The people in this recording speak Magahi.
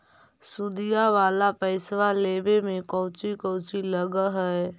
सुदिया वाला पैसबा लेबे में कोची कोची लगहय?